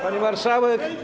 Pani Marszałek!